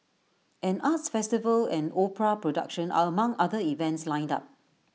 an arts festival and opera production are among other events lined up